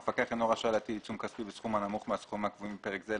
המפקח אינו רשאי להטיל עצום כספי בסכום הנמוך מהסכומים הקבועים בפרק זה,